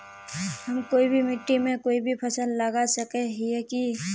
हम कोई भी मिट्टी में कोई फसल लगा सके हिये की?